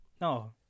no